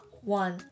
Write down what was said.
one